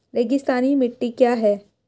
रेगिस्तानी मिट्टी क्या है?